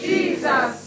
Jesus